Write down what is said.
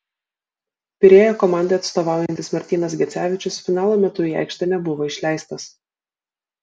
pirėjo komandai atstovaujantis martynas gecevičius finalo metu į aikštę nebuvo išleistas